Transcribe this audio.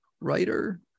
writer